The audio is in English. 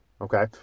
Okay